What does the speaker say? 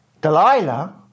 Delilah